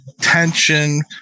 tension